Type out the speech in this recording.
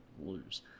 lose